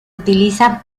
utilizan